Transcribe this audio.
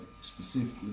specifically